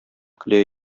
көлә